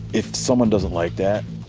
if someone doesn't like that,